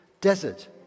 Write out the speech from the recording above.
desert